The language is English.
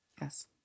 Yes